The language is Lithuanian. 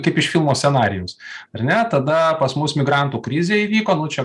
kaip iš filmo scenarijaus ir ne tada pas mus migrantų krizė įvyko nu čia